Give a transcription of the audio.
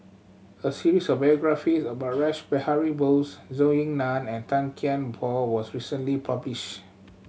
a series of biographies about Rash Behari Bose Zhou Ying Nan and Tan Kian Por was recently published